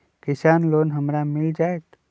किसान लोन हमरा मिल जायत?